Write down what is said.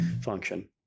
function